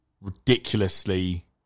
ridiculously